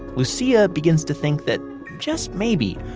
lucia begins to think that just maybe,